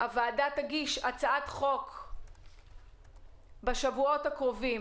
הוועדה תגיש הצעת חוק בשבועות הקרובים